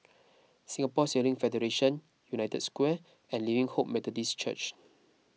Singapore Sailing Federation United Square and Living Hope Methodist Church